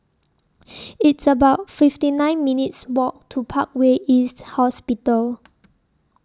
It's about fifty nine minutes' Walk to Parkway East Hospital